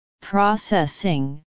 Processing